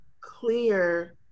clear